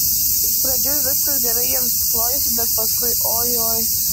iš pradžių viskas gerai jiems klojosi bet paskui oi oi